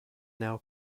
now